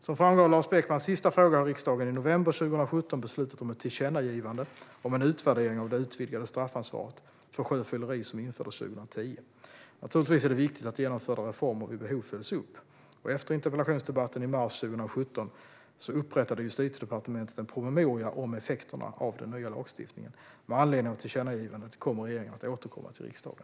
Som framgår av Lars Beckmans sista fråga har riksdagen i november 2017 beslutat om ett tillkännagivande om en utvärdering av det utvidgade straffansvaret för sjöfylleri som infördes 2010. Naturligtvis är det viktigt att genomförda reformer vid behov följs upp. Efter interpellationsdebatten i mars 2017 upprättade Justitiedepartementet en promemoria om effekterna av den nya lagstiftningen. Med anledning av tillkännagivandet kommer regeringen att återkomma till riksdagen.